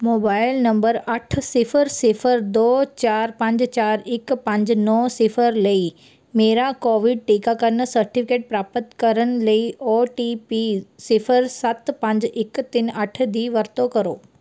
mobile number ਅੱਠ ਸਿਫ਼ਰ ਸਿਫ਼ਰ ਦੋ ਚਾਰ ਪੰਜ ਚਾਰ ਇੱਕ ਪੰਜ ਨੌਂ ਸਿਫ਼ਰ ਲਈ ਮੇਰਾ ਕੋਵਿਡ ਟੀਕਾਕਰਨ ਸਰਟੀਫਿਕੇਟ ਪ੍ਰਾਪਤ ਕਰਨ ਲਈ ਓ ਟੀ ਪੀ ਸਿਫ਼ਰ ਸੱਤ ਪੰਜ ਇੱਕ ਤਿੰਨ ਅੱਠ ਦੀ ਵਰਤੋਂ ਕਰੋ